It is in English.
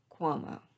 cuomo